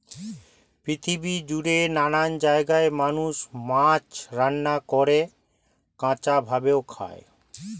পৃথিবী জুড়ে নানান জায়গায় মানুষ মাছ রান্না করে, কাঁচা ভাবে খায়